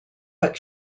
but